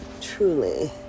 Truly